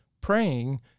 praying